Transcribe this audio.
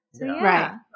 Right